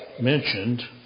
mentioned